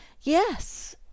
yes